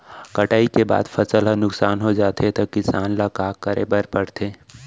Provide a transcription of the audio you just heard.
कटाई करे के बाद फसल ह नुकसान हो जाथे त किसान ल का करे बर पढ़थे?